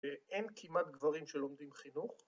‫אין כמעט גברים שלומדים חינוך.